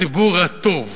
הציבור הטוב,